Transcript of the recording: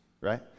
right